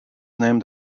named